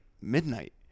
midnight